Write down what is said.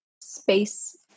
space